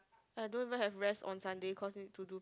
I don't even have rest on Sunday cause need to do